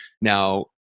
Now